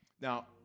Now